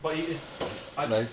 but it is um